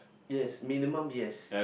yes minimum yes